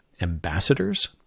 Ambassadors